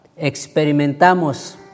experimentamos